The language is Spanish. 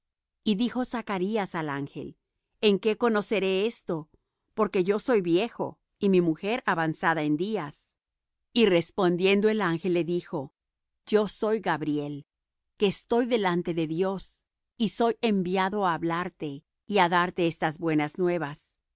y dijo zacarías al ángel en qué conoceré esto porque yo soy viejo y mi mujer avanzada en días y respondiendo el ángel le dijo yo soy gabriel que estoy delante de dios y soy enviado á hablarte y á darte estas buenas nuevas